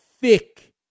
thick